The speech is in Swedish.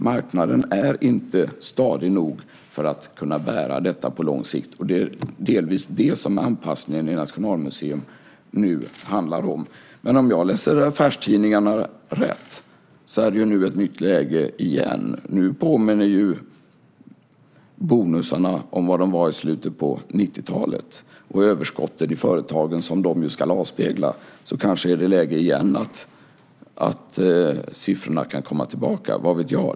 Marknaden är inte stadig nog för att kunna bära detta på lång sikt. Det är delvis det som anpassningen när det gäller Nationalmuseum nu handlar om. Men om jag läser affärstidningarna rätt är det ett nytt läge igen. Nu påminner ju bonusarna om vad de var i slutet på 90-talet, och de ska ju avspegla överskotten i företagen. Så kanske kan siffrorna komma tillbaka. Vad vet jag?